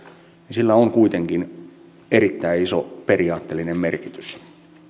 on kuitenkin erittäin iso periaatteellinen merkitys